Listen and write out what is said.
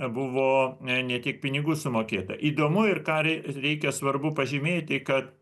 buvo ne tiek pinigų sumokėta įdomu ir ką reikia svarbu pažymėti kad